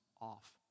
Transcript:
off